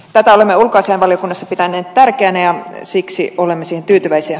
tätä olemme ulkoasiainvaliokunnassa pitäneet tärkeänä ja siksi olemme siihen tyytyväisiä